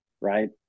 right